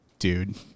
dude